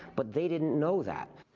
but they didn't know that.